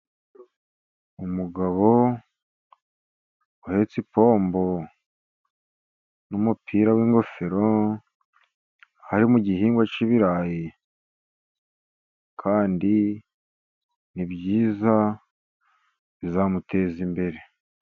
Umugabo uhetse ipombo n'umupira w'ingofero, hari mu gihingwa cy'ibirayi kandi ni byiza bizamuteza imbere.